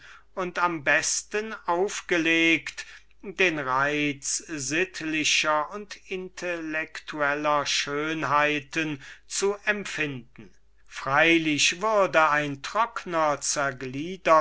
und also am besten aufgelegt den reiz sittlicher und intellektualischer schönheiten zu empfinden allerdings würde ein trockner